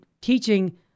teaching